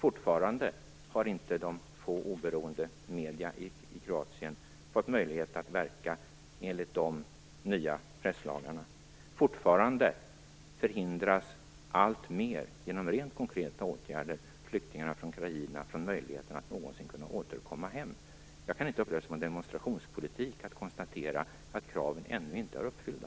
Fortfarande har de få oberoende medierna i Kroatien inte fått möjlighet att verka enligt de nya presslagarna. Genom rent konkreta åtgärder förvägras fortfarande flyktingarna från Krajina möjligheten att någonsin kunna återvända hem. Jag kan inte uppleva det som någon demonstrationspolitik att konstatera att kraven ännu inte är uppfyllda.